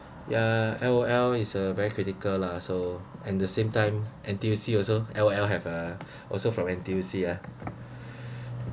uh L_O_L is a very critical lah so and the same time N_T_U_C also L_O_L have uh also from N_T_U_C uh